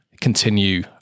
continue